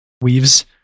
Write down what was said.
weaves